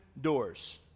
doors